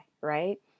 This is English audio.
right